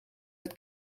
het